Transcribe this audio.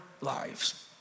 lives